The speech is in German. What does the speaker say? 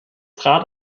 trat